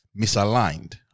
misaligned